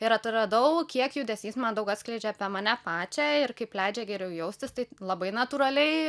ir atradau kiek judesys man daug atskleidžia apie mane pačią ir kaip leidžia geriau jaustis tai labai natūraliai